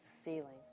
ceiling